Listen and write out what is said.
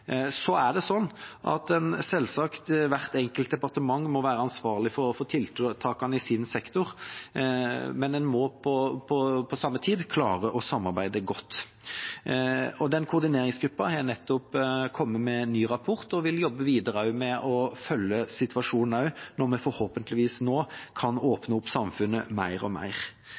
Selvsagt må hvert enkelt departement være ansvarlig for tiltakene i sin sektor, men en må på samme tid klare å samarbeide godt. Den koordineringsgruppen har nettopp kommet med en ny rapport og vil jobbe videre med å følge situasjonen også når vi forhåpentligvis nå kan åpne opp samfunnet mer og mer.